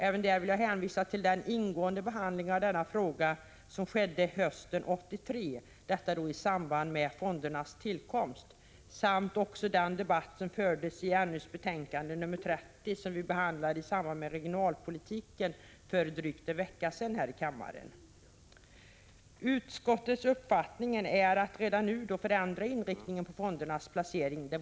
Även härvidlag vill jag erinra om frågans tidigare behandling, nämligen den ingående genomgång som gjordes hösten 1983 i samband med fondernas tillkomst, samt den debatt som fördes i anslutning till näringsutskottets betänkande 30, som för drygt en vecka sedan behandlades här i kammaren i samband med regionalpolitiken. Utskottets uppfattning är att det vore fel att redan nu förändra inriktningen av fondernas placeringar.